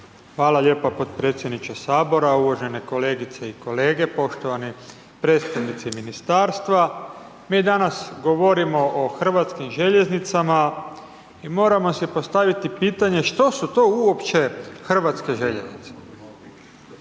Hvala lijepa potpredsjedniče HS. Uvažene kolegice i kolege, poštovani predstavnici Ministarstva, mi danas govorimo o HŽ-u i moramo si postaviti pitanje što su to uopće HŽ-e? Teoretski,